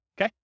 Okay